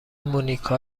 مونیکا